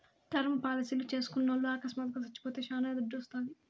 term పాలసీలు చేస్కున్నోల్లు అకస్మాత్తుగా సచ్చిపోతే శానా దుడ్డోస్తాది